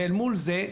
ואל מול זה,